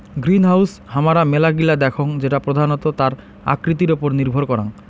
greenhouse হামারা মেলা গিলা দেখঙ যেটা প্রধানত তার আকৃতির ওপর নির্ভর করাং